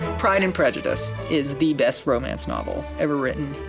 pride and prejudice is the best romance novel ever written,